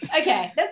okay